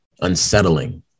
unsettling